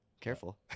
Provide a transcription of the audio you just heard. Careful